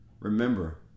Remember